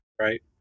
Right